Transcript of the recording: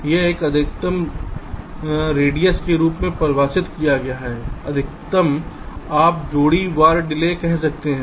अब यह अधिकतम जो रेडियस के रूप में परिभाषित किया गया है अधिकतम आप जोड़ी वार डिले कह सकते हैं